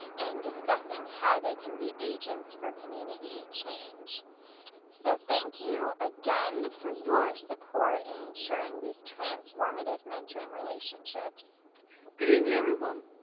and discussing how they can be agents for community change so thank you again for your support in ensuring these transformative mentoring relationships good evening everyone!